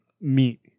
meat